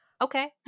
okay